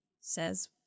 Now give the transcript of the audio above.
says